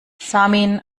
samin